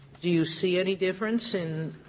do you see any difference in